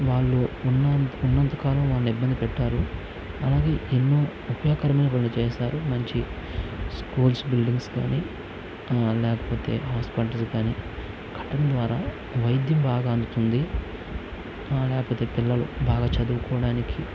వాళ్ళు ఉన్నంత ఉన్నంతకాలం వాళ్ళను ఇబ్బంది పెట్టారు అలాగే ఎన్నో ఉపయోగకరమైన పనులు చేస్తారు మంచి స్కూల్స్ బిల్డింగ్ కానీ లేకపోతే హాస్పిటల్స్ కానీ కట్టడం ద్వారా వైద్యం బాగా అందుతుంది లేకపోతే పిల్లలు బాగా చదువుకోవడానికి